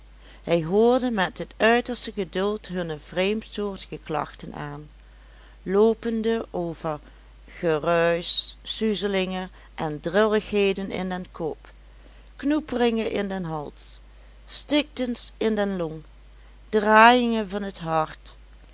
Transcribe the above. hij hoorde met het uiterste geduld hunne vreemdsoortige klachten aan loopende over geruusch zuzelingen en drilligheden in den kop knoeperingen in den hals stiktens in de long draaiingen van het hart